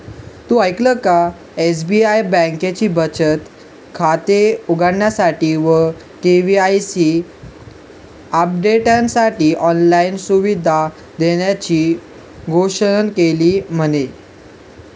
तु ऐकल का? एस.बी.आई बँकेने बचत खाते उघडण्यासाठी व के.वाई.सी अपडेटसाठी ऑनलाइन सुविधा देण्याची घोषणा केली म्हने